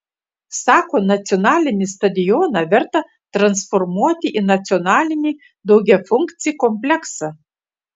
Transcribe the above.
sako nacionalinį stadioną verta transformuoti į nacionalinį daugiafunkcį kompleksą